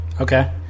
Okay